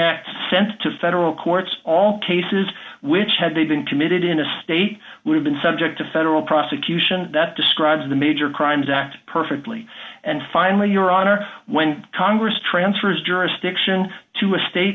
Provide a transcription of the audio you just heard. sent to federal courts all cases which had they been committed in a state would have been subject to federal prosecution that describes the major crimes act perfectly and finally your honor when congress transfers jurisdiction to a state